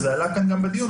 וזה עלה כאן גם בדיון,